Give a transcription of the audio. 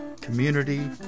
community